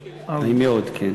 כן?